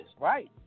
right